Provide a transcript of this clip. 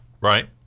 Right